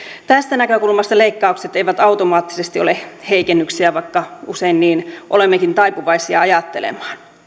tästä näkökulmasta leikkaukset eivät automaattisesti ole heikennyksiä vaikka usein niin olemmekin taipuvaisia ajattelemaan